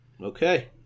Okay